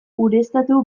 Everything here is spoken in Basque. ureztatu